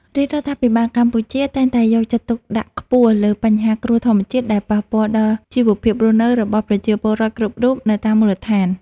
រាជរដ្ឋាភិបាលកម្ពុជាតែងតែយកចិត្តទុកដាក់ខ្ពស់លើបញ្ហាគ្រោះធម្មជាតិដែលប៉ះពាល់ដល់ជីវភាពរស់នៅរបស់ប្រជាពលរដ្ឋគ្រប់រូបនៅតាមមូលដ្ឋាន។